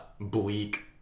bleak